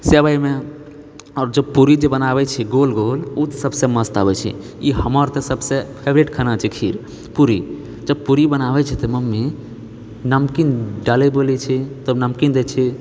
सेवइमे आओर जब पूरी जब बनाबै छी गोल गोल ओ तऽ सबसँ मस्त आबै छै ई हमर तऽ सबसे फेवरेट खाना छै खीर पूरी जब पूरी बनाबै छथि मम्मी नमकीन डालए बोलै छियै तब नमकीन दए छियै